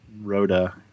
Rhoda